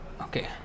okay